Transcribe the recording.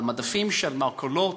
על מדפים של מרכולים